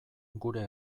gure